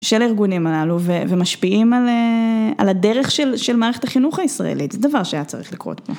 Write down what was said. של הארגונים הללו ומשפיעים על הדרך של מערכת החינוך הישראלית, זה דבר שהיה צריך לקרות פה.